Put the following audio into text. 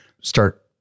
start